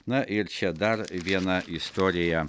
na ir čia dar viena istorija